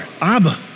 Abba